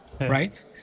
right